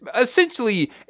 essentially